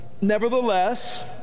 Nevertheless